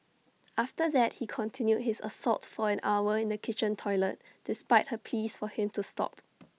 after that he continued his assault for an hour in the kitchen toilet despite her pleas for him to stop